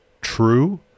true